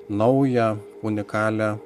naują unikalią